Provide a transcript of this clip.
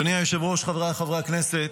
אדוני היושב-ראש, חבריי חברי הכנסת,